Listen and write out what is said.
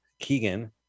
keegan